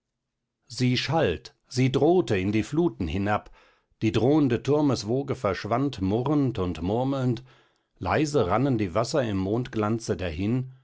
sie schalt sie drohte in die fluten hinab die drohende turmeswoge verschwand murrend und murmelnd leise rannen die wasser im mondglanze dahin